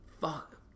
fuck